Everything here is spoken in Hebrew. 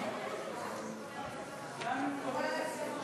התשע"ז 2017, לוועדת החוקה, חוק ומשפט נתקבלה.